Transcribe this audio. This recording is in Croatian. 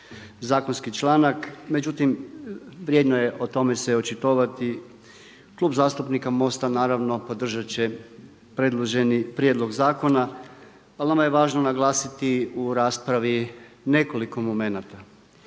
zakonski članak, međutim, vrijedno je o tome se očitovati. Klub zastupnika MOST-a naravno podržat će predloženi prijedlog zakona, ali nama je važno naglasiti u raspravi nekoliko momenata.